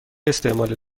استعمال